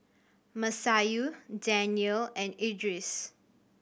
Masayu Daniel and Idris